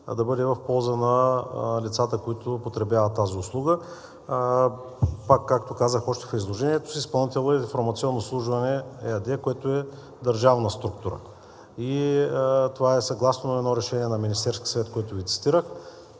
да бъде в полза на лицата, които потребяват тази услуга. Пак, както казах още в изложението си, изпълнителят е „Информационно обслужване“ ЕАД, което е държавна структура. Това е съгласно едно решение на Министерския съвет, което Ви цитирах,